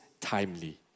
timely